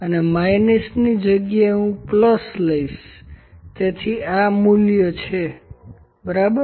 અને માઈનસની જગ્યાએ હું પ્લસ લઈશ તેથી આ મૂલ્ય છે બરાબર